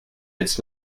its